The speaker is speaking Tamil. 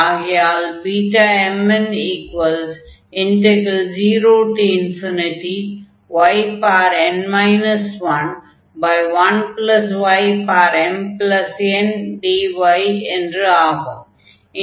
ஆகையால் Bmn0yn 11ymndy என்று ஆகும்